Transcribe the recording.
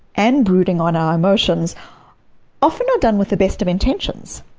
and brooding on our emotions often are done with the best of intentions.